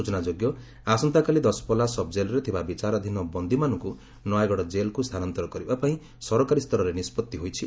ସୂଚନାଯୋଗ୍ୟ ଆସନ୍ତାକାଲି ଦଶପଲ୍ଲା ସବ୍ ଜେଲ୍ରେ ଥିବା ବିଚାରଧୀନ ବନ୍ଦୀମାନଙ୍କୁ ନୟାଗଡ଼ ଜେଲ୍କୁ ସ୍ଚାନାନ୍ତର କରିବା ପାଇଁ ସରକାରୀ ସ୍ତରରେ ନିଷ୍ବତ୍ତି ହୋଇଛି